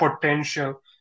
potential